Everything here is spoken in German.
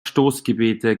stoßgebete